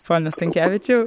pone stankevičiau